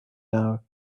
now